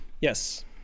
yes